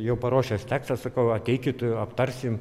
jau paruošęs tekstą sakau ateikit aptarsim